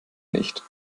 nicht